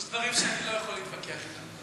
יש דברים שאני לא יכול להתווכח אתם.